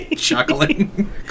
chuckling